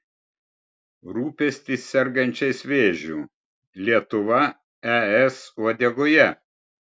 rūpestis sergančiais vėžiu lietuva es uodegoje